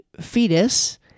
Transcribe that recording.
fetus